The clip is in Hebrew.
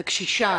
הקשישה,